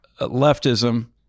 leftism